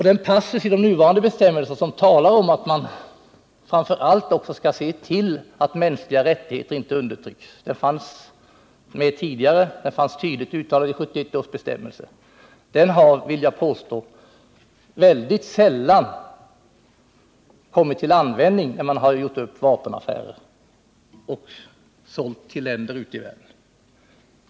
Den passus i de nuvarande bestämmelserna som talar om att man framför allt skall se till att de mänskliga rättigheterna inte undertrycks fanns med tidigare. Det fanns tydligt uttalat i 1971 års bestämmelser. Denna passus har, vill jag påstå, väldigt sällan kommit till användning när man gjort upp vapenaffärer och sålt vapen till länder ute i världen.